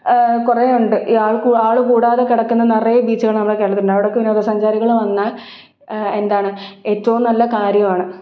കുറേയുണ്ട് ഈ ആൾക്ക് ആളുകൂടാതെ കിടക്കുന്ന നിറയെ ബീച്ചുകൾ നമ്മുടെ കേരളത്തിലുണ്ട് അവിടെയൊക്കെ വിനോദസഞ്ചാരികൾ വന്നാൽ എന്താണ് ഏറ്റവും നല്ല കാര്യമാണ്